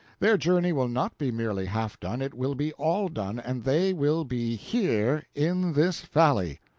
their journey will not be merely half done, it will be all done, and they will be here, in this valley.